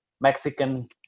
Mexican